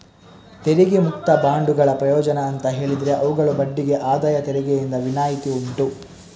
ತೆರಿಗೆ ಮುಕ್ತ ಬಾಂಡುಗಳ ಪ್ರಯೋಜನ ಅಂತ ಹೇಳಿದ್ರೆ ಅವುಗಳ ಬಡ್ಡಿಗೆ ಆದಾಯ ತೆರಿಗೆಯಿಂದ ವಿನಾಯಿತಿ ಉಂಟು